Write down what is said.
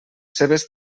cebes